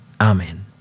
Amen